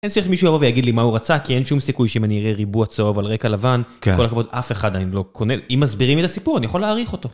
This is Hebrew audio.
אני צריך שמישהו יבוא ויגיד לי מה הוא רצה, כי אין שום סיכוי שאם אני אראה ריבוע צהוב על רקע לבן. כל הכבוד, אף אחד, אני לא קונה... אם מסבירים לי את הסיפור, אני יכול להעריך אותו.